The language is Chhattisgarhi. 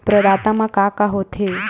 प्रदाता मा का का हो थे?